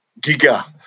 Giga